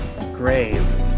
grave